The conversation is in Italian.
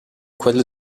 quello